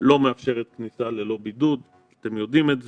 לא מאפשרת כניסה ללא בידוד, אתם יודעים את זה.